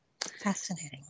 Fascinating